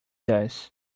does